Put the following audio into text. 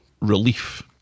relief